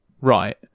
right